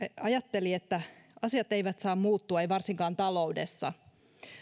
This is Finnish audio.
ajatteli että asiat eivät saa muuttua eivät varsinkaan taloudessa